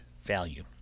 value